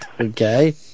Okay